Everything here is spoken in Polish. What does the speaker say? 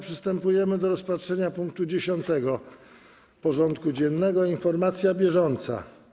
Przystępujemy do rozpatrzenia punktu 10. porządku dziennego: Informacja bieżąca.